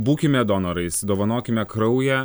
būkime donorais dovanokime kraują